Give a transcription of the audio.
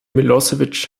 milosevic